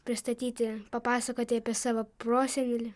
pristatyti papasakoti apie savo prosenelį